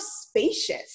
spacious